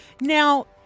Now